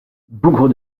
bougre